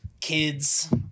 kids